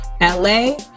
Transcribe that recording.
la